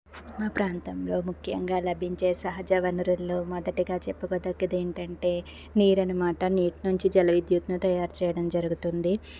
మా ప్రాంతంలో ముఖ్యంగా లభించే సహజ వనరుల్లో మొదటిగా చెప్పుకోదగది ఏంటంటే నీరు అన్నమాట నీటి నుంచి జలవిద్యుత్ను తయారు చేయడం జరుగుతుంది